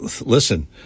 Listen